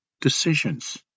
decisions